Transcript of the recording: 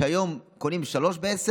שהיום קונים שלושה ב-10